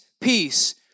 peace